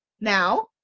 Now